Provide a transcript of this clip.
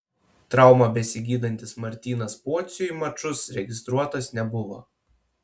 traumą besigydantis martynas pociui mačus registruotas nebuvo